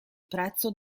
prezzo